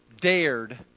dared